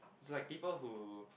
it's like people who